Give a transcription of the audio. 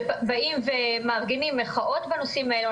שבאים ומארגנים מחאות בנושאים האלה.